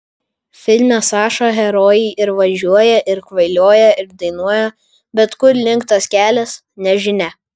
filme saša herojai ir važiuoja ir kvailioja ir dainuoja bet kur link tas kelias nežinia